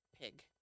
pig